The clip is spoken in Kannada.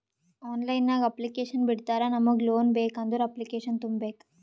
ಆನ್ಲೈನ್ ನಾಗ್ ಅಪ್ಲಿಕೇಶನ್ ಬಿಡ್ತಾರಾ ನಮುಗ್ ಲೋನ್ ಬೇಕ್ ಅಂದುರ್ ಅಪ್ಲಿಕೇಶನ್ ತುಂಬೇಕ್